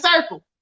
circle